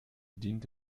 dient